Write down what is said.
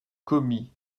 commis